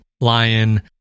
lion